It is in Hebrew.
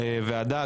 הוועדה.